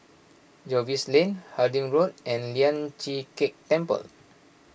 Jervois Lane Harding Road and Lian Chee Kek Temple